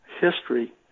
history